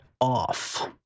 off